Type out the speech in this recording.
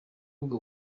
ubwo